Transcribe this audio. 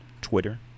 twitter